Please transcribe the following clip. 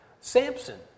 Samson